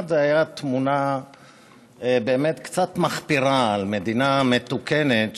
זו הייתה תמונה קצת מחפירה על מדינה מתוקנת,